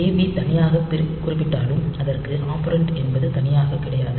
AB தனியாக குறிப்பிட்டாலும் அதற்கு ஆப்ரெண்ட் என்பது தனியாக கிடையாது